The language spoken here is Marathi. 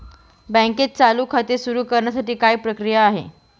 बँकेत चालू खाते सुरु करण्यासाठी काय प्रक्रिया आहे?